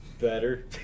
better